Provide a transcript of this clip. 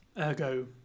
Ergo